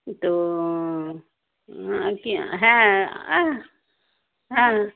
তো আর কি হ্যাঁ হ্যাঁ